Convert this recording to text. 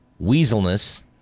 weaselness